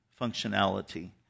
functionality